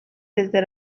desde